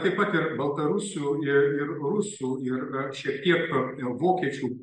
taip pat ir baltarusių ir rusų ir šiek tiek vokiečių